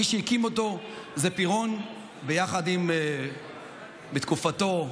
מי שהקים אותו הוא פירון יחד עם לפיד, בתקופתו,